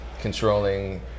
controlling